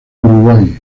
uruguay